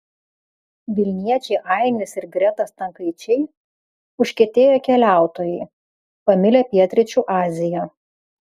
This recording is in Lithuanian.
vilniečiai ainis ir greta stankaičiai užkietėję keliautojai pamilę pietryčių aziją